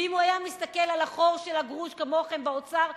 ואם הוא היה מסתכל על החור של הגרוש כמוכם באוצר,